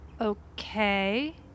Okay